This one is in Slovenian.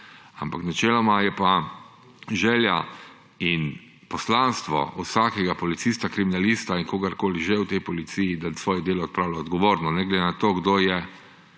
Ampak načeloma je pa želja in poslanstvo vsakega policista, kriminalista in kogarkoli že v tej policiji, da svoje delo opravlja odgovorno, ne glede na to, kdo je